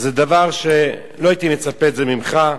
זה דבר שלא הייתי מצפה ממך,